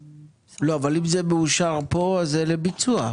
לא, אבל אם זה מאושר פה זה לביצוע.